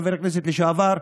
חבר הכנסת לשעבר,